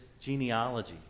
genealogy